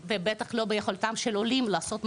אגף ובטח לא ביכולתם של עולים לעשות מוניטורינג,